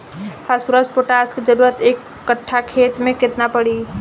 Phosphorus potash के जरूरत एक कट्ठा खेत मे केतना पड़ी?